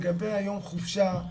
לגבי יום החופשה,